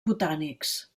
botànics